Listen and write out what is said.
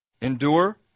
Endure